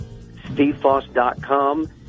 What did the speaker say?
stevefoss.com